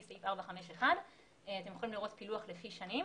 סעיף 451. אתם יכולים לראות פילוח לפי שנים.